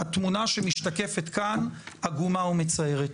התמונה שמשתקפת כאן היא עגומה ומצערת.